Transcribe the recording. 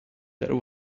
there